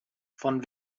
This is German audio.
von